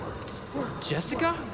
Jessica